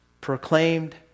proclaimed